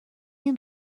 این